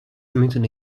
میدونی